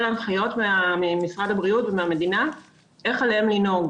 הנחיות ממשרד הבריאות ומהמדינה איך עליהם לנהוג.